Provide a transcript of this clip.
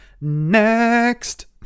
Next